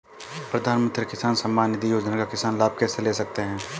प्रधानमंत्री किसान सम्मान निधि योजना का किसान लाभ कैसे ले सकते हैं?